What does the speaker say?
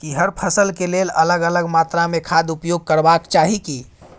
की हर फसल के लेल अलग अलग मात्रा मे खाद उपयोग करबाक चाही की?